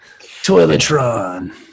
Toiletron